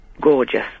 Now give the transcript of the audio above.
gorgeous